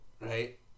right